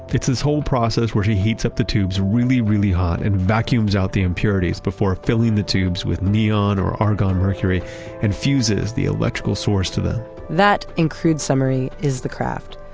it's this whole process where she heats up the tubes really, really hot and vacuums out the impurities before filling the tubes with neon or argon mercury and fuses the electrical source to them that, in crude summary, is the craft.